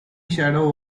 shadow